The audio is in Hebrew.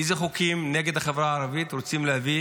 איזה חוקים נגד החברה הערבית רוצים להביא